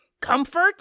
comfort